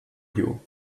you